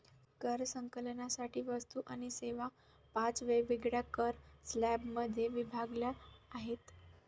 कर संकलनासाठी वस्तू आणि सेवा पाच वेगवेगळ्या कर स्लॅबमध्ये विभागल्या आहेत